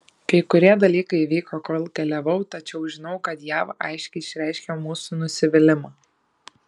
kai kurie dalykai įvyko kol keliavau tačiau žinau kad jav aiškiai išreiškė mūsų nusivylimą